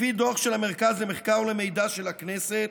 לפי דוח של מרכז המחקר והמידע של הכנסת,